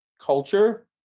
culture